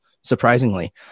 Surprisingly